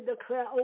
declare